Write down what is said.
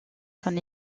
son